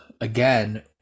again